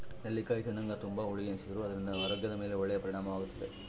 ನೆಲ್ಲಿಕಾಯಿ ತಿಂದಾಗ ತುಂಬಾ ಹುಳಿ ಎನಿಸಿದರೂ ಅದರಿಂದ ಆರೋಗ್ಯದ ಮೇಲೆ ಒಳ್ಳೆಯ ಪರಿಣಾಮವಾಗುತ್ತದೆ